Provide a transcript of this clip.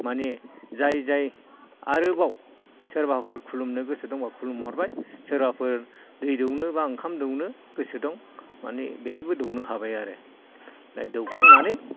माने जाय जाय आरोबाव सोरबाफोर खुलुमनो गोसो दंबा खुलुम हरबाय सोरबाफोर दै दौनो बा ओंखाम दौनो गोसो दं माने बेहायबो दौनो हाबाय आरो दा दौखांनानै